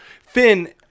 Finn